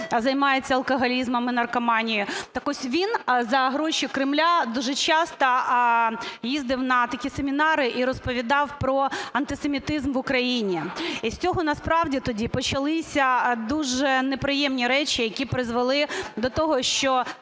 займається алкоголізмом і наркоманією. Так ось він за гроші Кремля дуже часто їздив на такі семінари і розповідав про антисемітизм в Україні. І з цього насправді тоді почалися дуже неприємні речі, які призвели до того, що